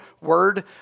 word